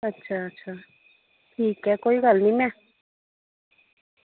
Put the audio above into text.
अच्छा अच्छा ठीक ऐ कोई गल्ल ना